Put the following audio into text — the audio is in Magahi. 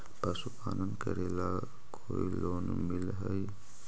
पशुपालन करेला कोई लोन मिल हइ?